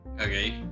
Okay